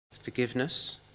forgiveness